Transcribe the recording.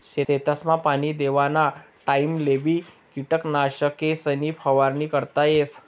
शेतसमा पाणी देवाना टाइमलेबी किटकनाशकेसनी फवारणी करता येस